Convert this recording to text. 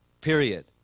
Period